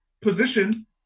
position